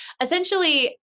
essentially